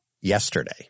yesterday